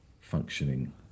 functioning